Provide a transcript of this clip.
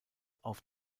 auf